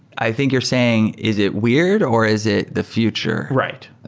i think you're saying, is it weird or is it the future right?